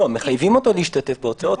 מחייבים אותו להשתתף בהוצאות,